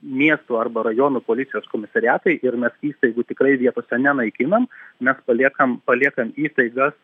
miestų arba rajonų policijos komisariatai ir mes įstaigų tikrai vietose nenaikinam mes paliekam paliekam įtaigas